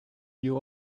you